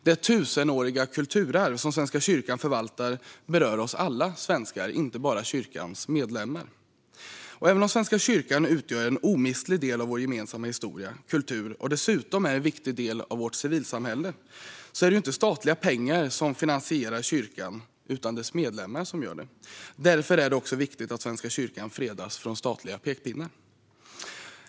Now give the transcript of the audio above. Det tusenåriga kulturarv som Svenska kyrkan förvaltar berör alla oss svenskar, inte bara kyrkans medlemmar. Även om Svenska kyrkan utgör en omistlig del av vår gemensamma historia och kultur och dessutom är en viktig del av vårt civilsamhälle är det inte statliga pengar som finansierar kyrkan, utan det är det dess medlemmar som gör. Därför är det också viktigt att Svenska kyrkan fredas från statliga pekpinnar.